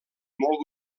molt